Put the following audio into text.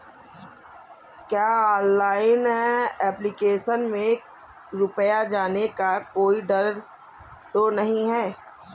क्या online application में रुपया जाने का कोई डर तो नही है?